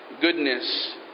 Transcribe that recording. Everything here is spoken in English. goodness